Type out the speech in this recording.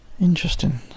Interesting